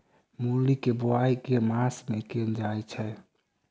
मूली केँ बोआई केँ मास मे कैल जाएँ छैय?